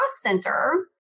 center